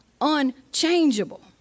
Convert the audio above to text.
unchangeable